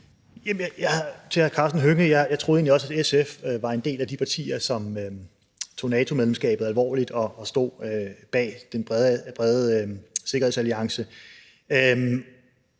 også troede, at SF var en del af de partier, som tog NATO-medlemskabet alvorligt og stod bag den brede sikkerhedsalliance.